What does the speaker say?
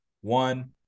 one